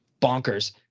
bonkers